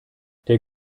der